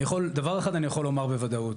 דבר אחד אני יכול לומר בוודאות,